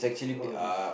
all of this